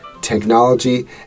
technology